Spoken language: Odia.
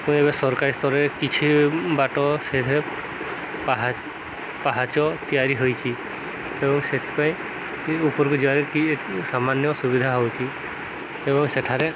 ମୁଁ ଏବେ ସରକାରୀ ସ୍ତରରେ କିଛି ବାଟ ସେଥିରେ ପାହାଚ ତିଆରି ହୋଇଛି ଏବଂ ସେଥିପାଇଁ ଉପରକୁ ଯିବାରେ କି ସାମାନ୍ୟ ସୁବିଧା ହେଉଛି ଏବଂ ସେଠାରେ